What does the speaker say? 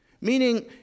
meaning